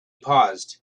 paused